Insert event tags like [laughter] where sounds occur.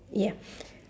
ya [breath]